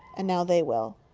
and now they will.